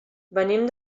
venim